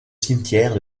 cimetière